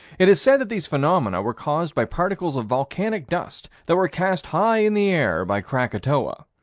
it is said that these phenomena were caused by particles of volcanic dust that were cast high in the air by krakatoa.